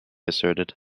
asserted